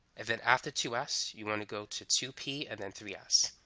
and then after two s you want to go to two p and then three s.